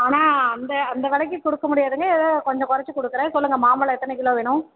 ஆனால் அந்த அந்த விலைக்கி கொடுக்க முடியாதுங்க ஏதோ கொஞ்சம் கொறச்சு கொடுக்குறேன் சொல்லுங்க மாம்பழம் எத்தனை கிலோ வேணும்